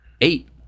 Eight